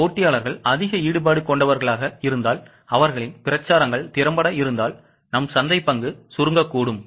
எனவே போட்டியாளர்கள் அதிக ஈடுபாடு கொண்டவர்களாக இருந்தால் அவர்களின் பிரச்சாரங்கள் திறம்பட இருந்தால் நம் சந்தை பங்கு சுருங்கக்கூடும்